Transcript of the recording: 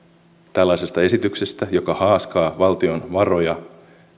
tällaisesta esityksestä joka haaskaa valtion varoja